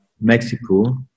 Mexico